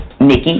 Nikki